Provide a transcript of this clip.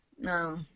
no